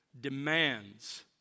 demands